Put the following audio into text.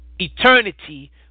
eternity